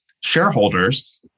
shareholders